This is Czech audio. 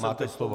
Máte slovo.